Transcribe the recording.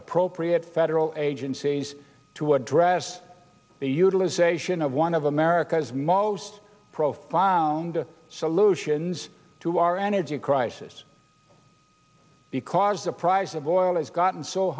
appropriate federal agencies to address the utilization of one of america's most profound solutions to our energy crisis because the price of oil has gotten so